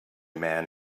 man